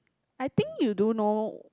I think you don't know